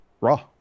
Raw